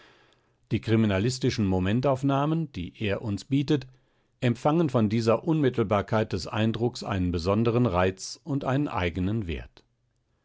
die kriminalistischen momentaufnahmen die er uns bietet empiangen von dieser unmittelbarkeit des eindrucks einen besonderen reiz und einen eigenen wert